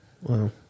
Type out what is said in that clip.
Wow